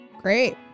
Great